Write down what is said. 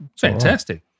Fantastic